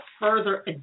further